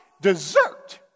dessert